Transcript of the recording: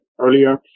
earlier